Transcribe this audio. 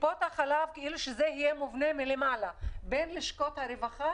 טיפות החלב - כך שזה יהיה מובנה מלמעלה - ללשכות הרווחה.